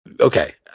okay